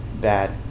bad